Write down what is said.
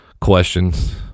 questions